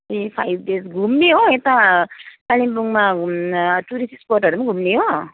ए five days घुम्ने हो यता कालिम्पोङमा टुरिस्ट स्पोटहरू पनि घुम्ने हो